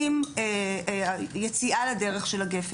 עם יציאה לדרך של גפ"ן.